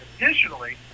Additionally